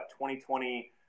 2020